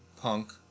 Punk